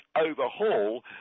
overhaul